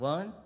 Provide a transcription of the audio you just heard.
One